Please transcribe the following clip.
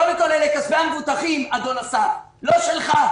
קודם כול, אלה כספי המבוטחים, אדון אסף, לא שלך.